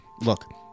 Look